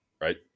right